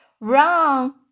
Run